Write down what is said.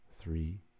three